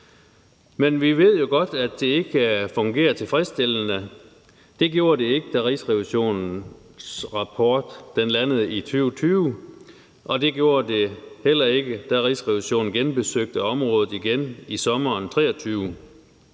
Men vi ved jo godt, at det ikke fungerer tilfredsstillende. Det gjorde det ikke, da Rigsrevisionens rapport landede i 2020, og det gjorde det heller ikke, da Rigsrevisionen genbesøgte området igen i sommeren 2023.